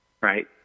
right